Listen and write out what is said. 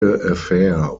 affair